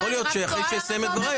יכול להיות שאחרי שאסיים את דבריי,